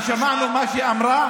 ששמענו מה שהיא אמרה,